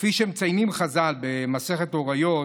כפי שמציינים חז"ל במסכת הוריות,